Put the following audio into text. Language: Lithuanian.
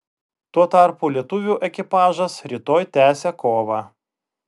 tuo tarpu lietuvių ekipažas rytoj tęsia kovą